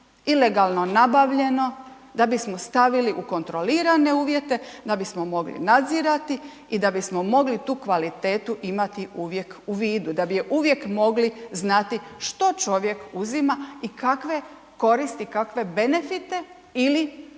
ilegalno nabavljeno, da bismo stavili u kontrolirane uvjete, da bismo mogli nadzirati i da bismo mogli tu kvalitetu imati uvijek u vidu, da bi je uvijek mogli znati što čovjek uzima i kakve koristi, kakve benefite ili